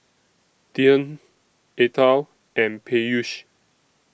Dhyan Atal and Peyush